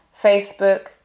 Facebook